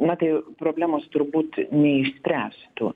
na tai problemos turbūt neišspręstų